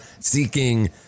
seeking